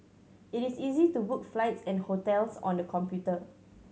it is easy to book flights and hotels on the computer